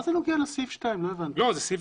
חברת